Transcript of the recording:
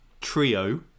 trio